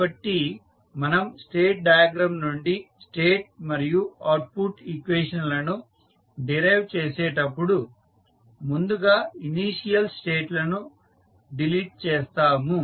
కాబట్టి మనం state diagram నుండి స్టేట్ మరియు అవుట్పుట్ ఈక్వేషన్ లను డిరైవ్ చేసేటపుడు ముందుగా ఇనీషియల్ స్టేట్ లను డిలీట్ చేస్తాము